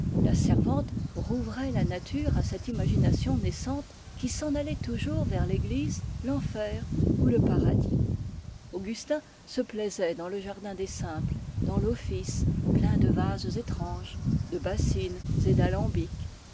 la servante rouvrait la nature à cette imagination naissante qui s'en allait toujours vers l'église l'enfer ou le paradis augustin se plaisait dans le jardin des simples dans l'office plein de vases étranges de bassines et d'alambics